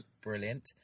Brilliant